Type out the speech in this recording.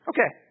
Okay